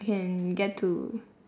can get to